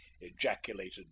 ejaculated